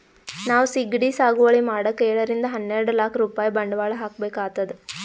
ನಾವ್ ಸಿಗಡಿ ಸಾಗುವಳಿ ಮಾಡಕ್ಕ್ ಏಳರಿಂದ ಹನ್ನೆರಡ್ ಲಾಕ್ ರೂಪಾಯ್ ಬಂಡವಾಳ್ ಹಾಕ್ಬೇಕ್ ಆತದ್